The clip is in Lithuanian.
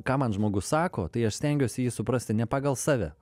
ką man žmogus sako tai aš stengiuosi jį suprasti ne pagal save